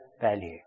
value